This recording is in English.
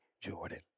Jordan